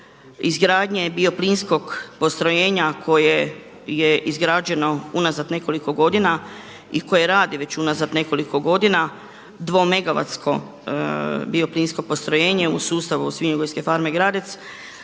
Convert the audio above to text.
izgradnje bioplinskog postrojenja koje je izgrađeno unazad nekoliko godina i koje radi već unazad nekoliko godina dvomegavatsko bioplinsko postrojenje u sustavu Svinjogojske farme Gradec